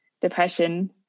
depression